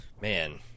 Man